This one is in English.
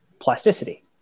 plasticity